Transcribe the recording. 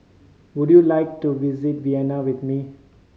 would you like to visit Vienna with me